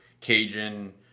Cajun